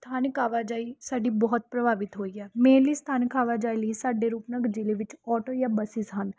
ਸਥਾਨਕ ਆਵਾਜਾਈ ਸਾਡੀ ਬਹੁਤ ਪ੍ਰਭਾਵਿਤ ਹੋਈ ਹੈ ਮੇਨਲੀ ਸਥਾਨਕ ਆਵਾਜਾਈ ਲਈ ਸਾਡੇ ਰੂਪਨਗਰ ਜ਼ਿਲ੍ਹੇ ਵਿੱਚ ਆਟੋ ਜਾਂ ਬੱਸਿਸ ਹਨ